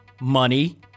money